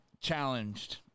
challenged